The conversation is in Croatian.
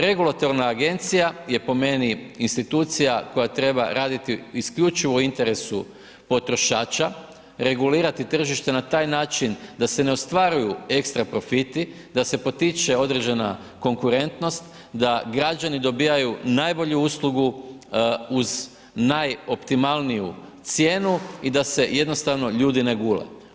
Regulatorna agencija je po meni institucija koja treba raditi isključivo u interesu potrošača, regulirati tržište na taj način da se ne ostvaruju ekstra profiti, da se potiče određena konkurentnost, da građani dobivaju najbolju uslugu uz najoptimalniju cijenu i da se jednostavno ljudi ne gule.